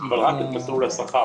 אבל רק את מסלול השכר.